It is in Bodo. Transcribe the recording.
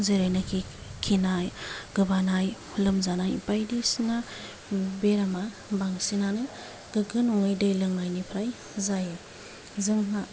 जेरैनोखि खिनाय गोबानाय लोमजानाय बायदिसिना बेरामा बांसिनानो गोगो नङै दै लोंनायनिफ्राय जायो जोंहा